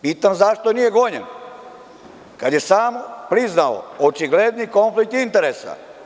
Pitam zašto nije gonjen kada je sam priznao očigledni konflikt interesa?